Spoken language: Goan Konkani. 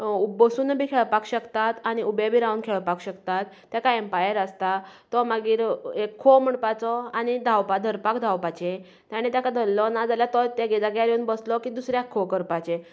बसून बी खेळपाक शकता आनी उबेंय बी रावन खेळपाक शकतात तेका एम्पायर आसता तो मागीर खो म्हणपाचो आनी धाव धरपाक धांवपाचें ताणें ताका धरलो नाजाल्यार तो तेगे जाग्यार येवन बसलो की दुसऱ्याक खो करपाचें